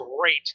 great